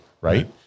Right